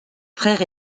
frères